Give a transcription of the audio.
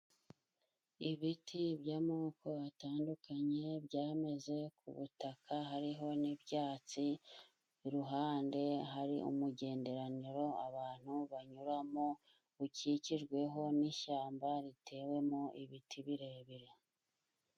Ibiti by'amoko atandukanye byameze ku butaka hariho n'ibyatsi, iruhande hari umugenderaniro abantu banyuramo, ukikijweho n'ishyamba ritewemo ibiti birebire.